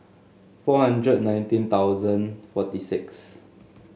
four hundred and nineteen thousand forty six